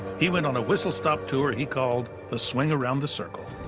he went on a whistle stop tour he called the swing around the circle.